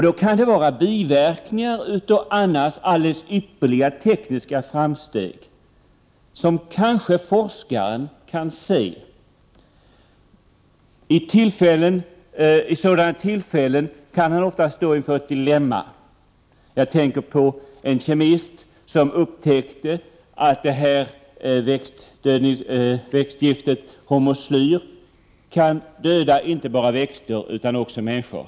Det kan vara fråga om biverkningar av annars alldeles ypperliga tekniska framsteg, som forskaren kanske kan inse. Vid sådana tillfällen kan han ofta stå inför ett dilemma. Jag tänker på en kemist som upptäckte att växtgiftet hormoslyr kunde döda inte bara växter utan också människor.